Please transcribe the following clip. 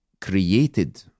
created